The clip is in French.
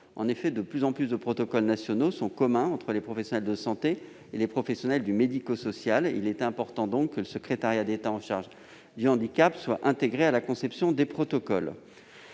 En effet, de plus en plus de protocoles nationaux sont communs aux professionnels de santé et aux professionnels du médico-social. Il est donc important le secrétariat d'État chargé du handicap soit intégré à la conception des protocoles.